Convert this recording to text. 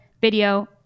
video